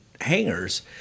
hangers